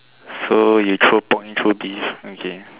so you throw point through this okay